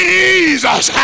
Jesus